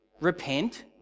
repent